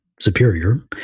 superior